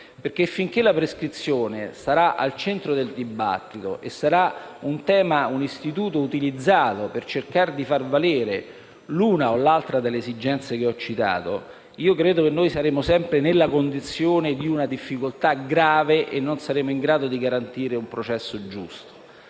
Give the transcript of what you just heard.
finché la prescrizione sarà al centro del dibattito e sarà un istituto utilizzato per cercare di far valere l'una o l'altra delle esigenze citate, credo che saremo sempre nella condizione di una difficoltà grave e non saremo in grado di garantire un processo giusto.